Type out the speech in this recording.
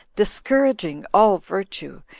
discouraging all virtue,